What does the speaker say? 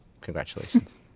Congratulations